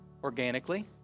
organically